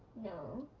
no.